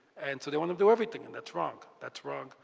and so they want to do everything. and that's wrong, that's wrong,